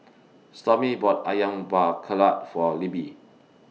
Stormy bought Ayam Buah Keluak For Libbie